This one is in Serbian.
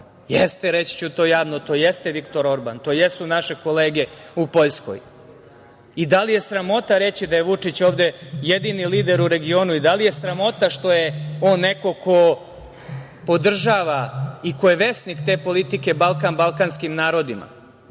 Jeste, reći ću to javno, to jeste Viktor Orban, to jesu naše kolege u Poljskoj. Da li je sramota reći da je Vučić ovde jedini lider u regionu i da li je sramota što je on neko ko podržava i ko je vesnik te politike Balkan balkanskim narodima?